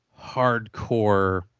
hardcore